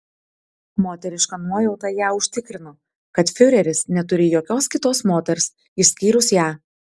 moteriška nuojauta ją užtikrino kad fiureris neturi jokios kitos moters išskyrus ją